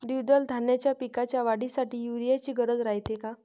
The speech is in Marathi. द्विदल धान्याच्या पिकाच्या वाढीसाठी यूरिया ची गरज रायते का?